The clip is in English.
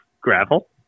gravel